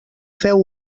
feu